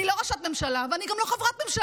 אני לא ראשת ממשלה, ואני גם לא חברת ממשלה.